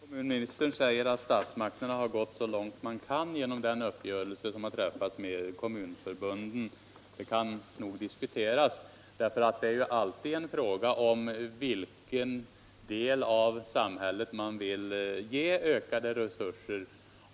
Herr talman! Kommunministern säger att statsmakterna gått så långt man kan genom den uppgörelse som träffats med kommunförbunden. Det kan nog diskuteras. Det är alltid en fråga om vilken del av samhället man vill ge ökade resurser.